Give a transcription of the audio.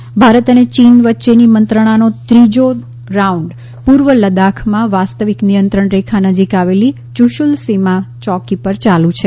ભારત ચીન ભારત અને ચીન વચ્ચેની મંત્રણાનો ત્રીજો રાઉન્ડ પુર્વ લદાખમાં વાસ્તવિક નિયંત્રણ રેખા નજીક આવેલી યુશુલ સીમા ચોકી પર ચાલુ છે